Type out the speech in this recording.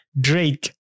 Drake